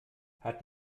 hat